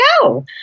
go